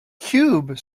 cube